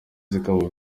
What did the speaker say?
zikaba